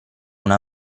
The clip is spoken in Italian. una